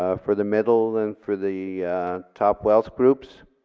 ah for the middle and for the top wealth groups